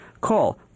Call